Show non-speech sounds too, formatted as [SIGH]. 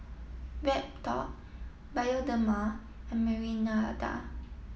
BreadTalk Bioderma and [UNINTELLIGIBLE]